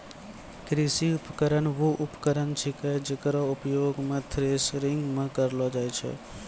कृषि उपकरण वू उपकरण छिकै जेकरो उपयोग सें थ्रेसरिंग म करलो जाय छै